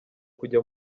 kujya